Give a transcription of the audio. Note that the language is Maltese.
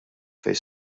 fejn